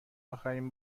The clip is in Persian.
اخرین